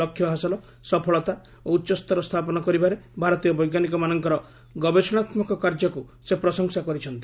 ଲକ୍ଷ୍ୟ ହାସଲ ସଫଳତା ଓ ଉଚ୍ଚସ୍ତର ସ୍ଥାପନ କରିବାରେ ଭାରତୀୟ ବୈଜ୍ଞାନିକମାନଙ୍କର ଗବେଷଣାତ୍ମକ କାର୍ଯ୍ୟକ୍ତ ସେ ପ୍ରଶଂସା କରିଛନ୍ତି